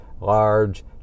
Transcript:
large